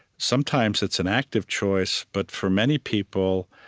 sometimes it's an active choice, but for many people,